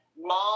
mom